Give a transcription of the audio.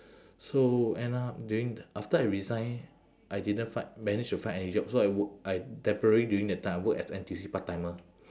so end up during after I resign I didn't find manage to find any job so I work I temporary during that time I work as N_T_U_C part-timer